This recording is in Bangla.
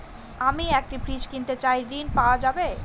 আমি একটি ফ্রিজ কিনতে চাই ঝণ পাওয়া যাবে?